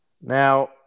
now